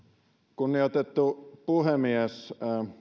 kunnioitettu puhemies